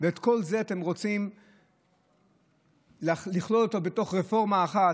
ואת כל זה אתם רוצים לכלול בתוך רפורמה אחת,